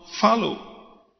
Follow